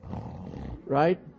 Right